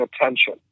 attention